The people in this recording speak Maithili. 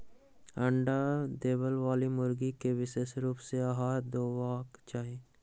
अंडा देबयबाली मुर्गी के विशेष रूप सॅ आहार देबाक चाही